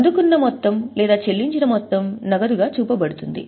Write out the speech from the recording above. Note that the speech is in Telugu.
అందుకున్న మొత్తం లేదా చెల్లించిన మొత్తం నగదుగా చూపబడుతుంది